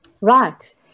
Right